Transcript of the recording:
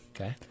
Okay